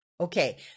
okay